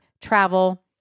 travel